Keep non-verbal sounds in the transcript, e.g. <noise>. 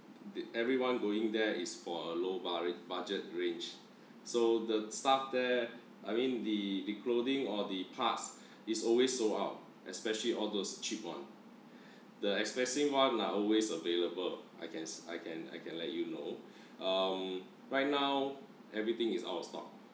the everyone going there is for a low bud~ budget range so the stuff there I mean the the clothing or the parts is always sold out especially all those cheap one <breath> the expensive one are always available I can s~ I can I can let you know um right now everything is out of stock